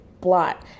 blot